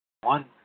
One